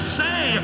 say